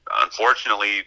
unfortunately